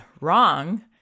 wrong